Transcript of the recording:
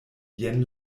jen